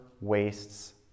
wastes